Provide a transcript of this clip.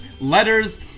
letters